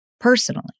personally